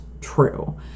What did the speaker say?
true